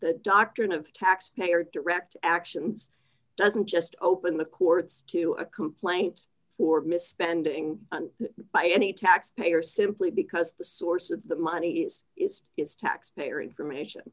the doctrine of taxpayer direct actions doesn't just open the courts to a complaint for misspending by any taxpayer simply because the source of that money is used is taxpayer information